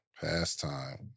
pastime